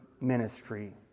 ministry